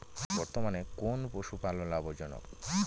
বর্তমানে কোন পশুপালন লাভজনক?